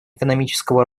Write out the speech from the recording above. экономического